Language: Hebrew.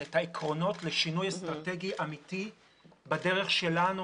את העקרונות לשינוי אסטרטגי אמיתי בדרך שלנו,